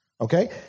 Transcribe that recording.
okay